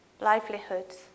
livelihoods